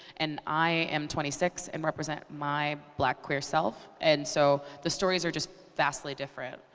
and i am twenty six and represent my black, queer self. and so the stories are just vastly different,